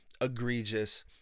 egregious